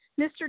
Mr